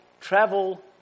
travel